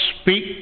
speak